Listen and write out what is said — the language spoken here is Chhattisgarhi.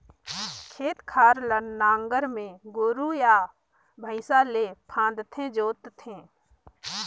खेत खार ल नांगर में गोरू या भइसा ले फांदके जोत थे